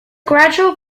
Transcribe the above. gradual